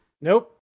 Nope